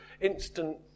instant